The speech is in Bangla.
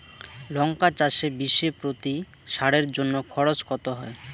লঙ্কা চাষে বিষে প্রতি সারের জন্য খরচ কত হয়?